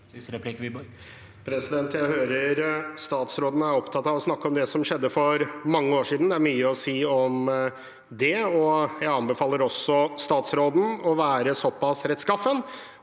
Jeg hører statsråd- en er opptatt av å snakke om det som skjedde for mange år siden. Det er mye å si om det. Jeg anbefaler også statsråden å være såpass rettskaffen